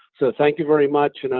so thank you very much,